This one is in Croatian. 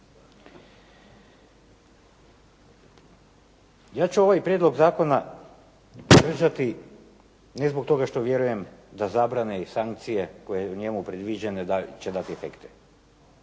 Ja ću ovaj prijedlog zakona podržati ne zbog toga što vjerujem da zabrane i sankcije koje u njemu predviđene će dati efekte